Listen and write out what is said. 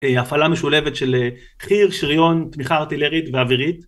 הפעלה משולבת של חיר שריון תמיכה ארטילרית ואווירית